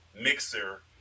Mixer